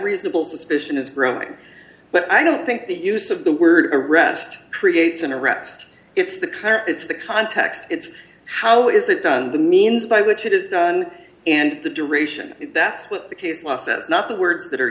reasonable suspicion is growing but i don't think the use of the word arrest creates an arrest it's the kind it's the context it's how is it done the means by which it is done and the duration that's what the case law says not the words that are